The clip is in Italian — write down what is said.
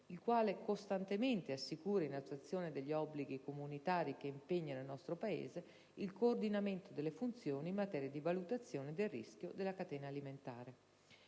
il quale costantemente assicura, in attuazione degli obblighi comunitari che impegnano il nostro Paese, il coordinamento delle funzioni in materia di valutazione del rischio della catena alimentare.